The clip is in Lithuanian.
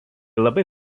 labai